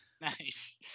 Nice